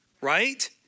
right